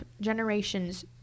generations